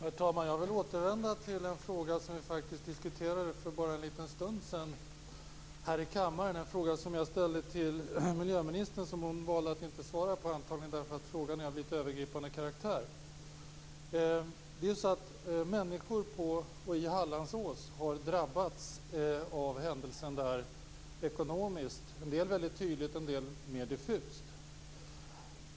Herr talman! Jag vill återvända till en fråga som vi diskuterade för bara en liten stund sedan här i kammaren. Jag ställde en fråga till miljöministern som hon valde att inte svara på, antagligen därför att den var av övergripande karaktär. Människor kring Hallandsåsen har drabbats ekonomiskt av händelsen där, en del väldigt tydligt, en del mer diffust.